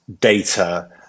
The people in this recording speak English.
data